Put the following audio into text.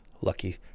Lucky